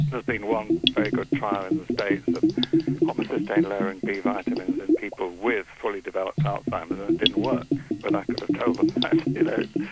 there's been one very good trial in the states of homocysteine lowering b vitamins in people with fully developed alzheimer's that didn't work but i could have told you know